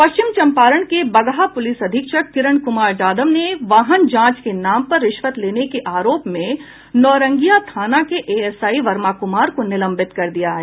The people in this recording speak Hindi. पश्चिम चम्पारण के बगहा पुलिस अधीक्षक किरण कुमार जाधव ने वाहन जांच के नाम पर रिश्वत लेने के आरोप में नौरंगिया थाना के एएसआई वर्मा कुमार को निलंबित कर दिया है